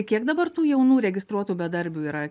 kiek dabar tų jaunų registruotų bedarbių yra